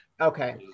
Okay